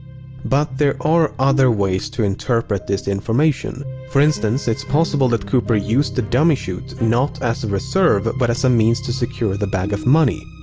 but there are other ways to interpret this information. for instance, it's possible that cooper used the dummy-chute, not as a reserve, but as a means to secure the bag of money.